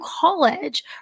college